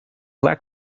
lack